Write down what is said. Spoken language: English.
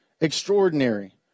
extraordinary